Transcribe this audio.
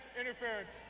interference